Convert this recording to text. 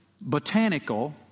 botanical